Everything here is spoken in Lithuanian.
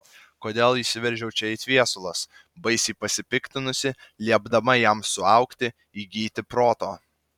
kodėl įsiveržiau čia it viesulas baisiai pasipiktinusi liepdama jam suaugti įgyti proto